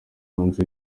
hanze